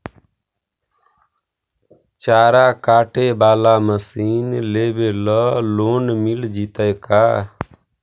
चारा काटे बाला मशीन लेबे ल लोन मिल जितै का?